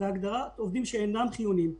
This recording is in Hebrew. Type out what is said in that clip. פאזה שנייה, הגדרת עובדים שאינם חיוניים.